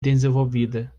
desenvolvida